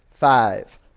Five